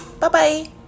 bye-bye